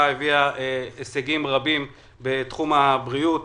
הביאה הישגים רבים בתחום הבריאות,